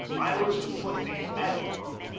i was to put the agawam,